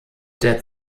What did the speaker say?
der